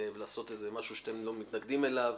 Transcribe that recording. לעשות משהו שאתם מתנגדים אליו.